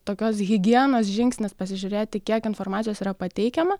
tokios higienos žingsnis pasižiūrėti kiek informacijos yra pateikiama